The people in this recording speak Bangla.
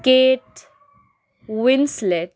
Kate Winslet